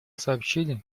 сообщили